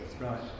Right